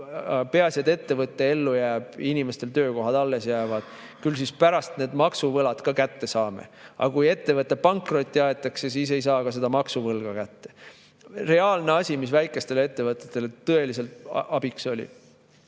Peaasi, et ettevõte jääb ellu ja inimestele jäävad töökohad alles, küll me pärast need maksuvõlad ka kätte saame. Aga kui ettevõte pankrotti aetakse, siis ei saa ka seda maksuvõlga kätte. Reaalne asi, mis väikestele ettevõtetele tõeliselt abiks oli.